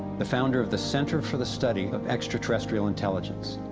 the founder of the center for the study of extraterrestrial intelligence.